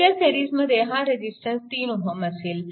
त्याच्या सिरीजमध्ये हा रेजिस्टन्स 3Ω असेल